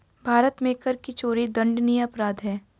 भारत में कर की चोरी दंडनीय अपराध है